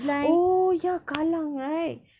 oh ya kallang right